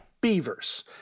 Beavers